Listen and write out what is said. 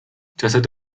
جسد